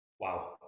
wow